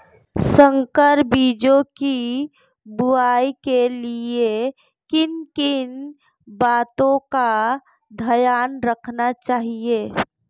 संकर बीजों की बुआई के लिए किन किन बातों का ध्यान रखना चाहिए?